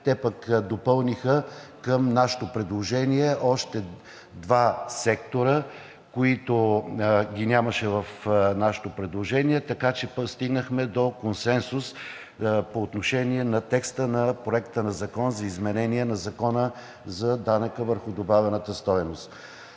Те пък допълниха към нашето предложение още два сектора, които ги нямаше в нашето предложение, така че стигнахме до консенсус по отношение на текста на Законопроекта за изменение на Закона за данъка върху добавената стойност.